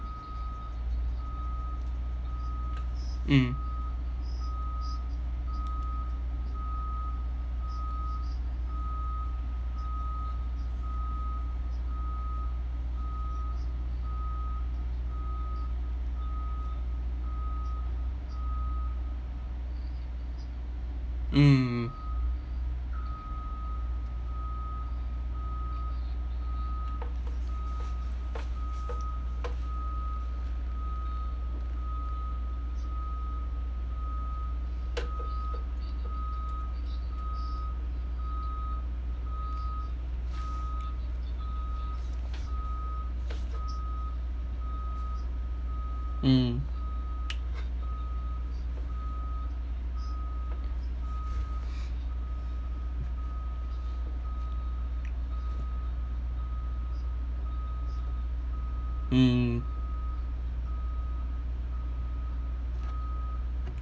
mm mm mm mm